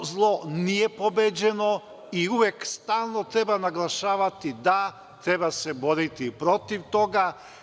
To zlo nije pobeđeno i uvek, stalno treba naglašavati da se treba boriti protiv toga.